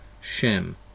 Shem